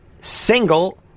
single